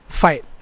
fight